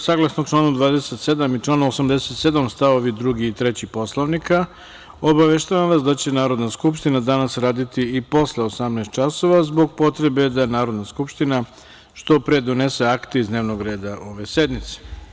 Saglasno članu 27. i članu 87. stavovi 2. i 3. Poslovnika, obaveštavam vas da će Narodna skupština danas raditi i posle 18.00 časova zbog potrebe da Narodna skupština što pre donese akte iz dnevnog reda ove sednice.